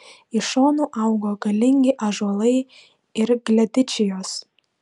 iš šonų augo galingi ąžuolai ir gledičijos